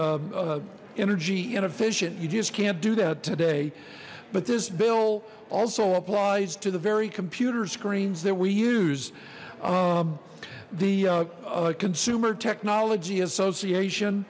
run energy inefficient you just can't do that today but this bill also applies to the very computer screens that we use the consumer technology association